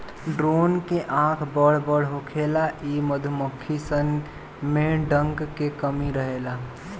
drone के आँख बड़ बड़ होखेला इ मधुमक्खी सन में डंक के कमी रहेला